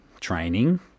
training